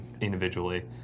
individually